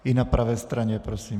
I na pravé straně prosím.